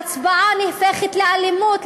ההצבעה נהפכת לאלימות,